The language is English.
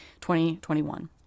2021